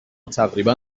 تقریبا